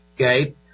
okay